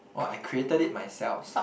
(woah) I created it myself